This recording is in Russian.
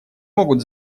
могут